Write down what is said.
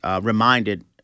Reminded